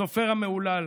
הסופר המהולל,